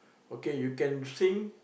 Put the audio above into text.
okay you can sing